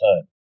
time